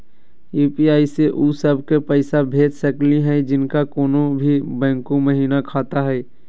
UPI स उ सब क पैसा भेज सकली हई जिनका कोनो भी बैंको महिना खाता हई?